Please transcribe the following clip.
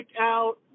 out